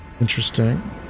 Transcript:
Interesting